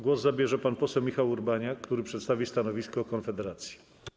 Głos zabierze pan poseł Michał Urbaniak, który przedstawi stanowisko Konfederacji.